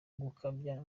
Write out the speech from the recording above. gukabya